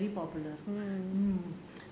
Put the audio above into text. I think she has become very popular